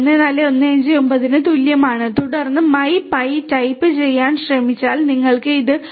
14159 ന് തുല്യമാണ് തുടർന്ന് my pi ടൈപ്പ് ടൈപ്പ് ചെയ്താൽ നിങ്ങൾക്ക് ഇത് 14